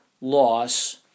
loss